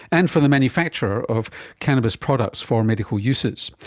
and for the manufacture of cannabis products for medical uses.